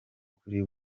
kuri